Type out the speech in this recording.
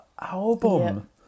album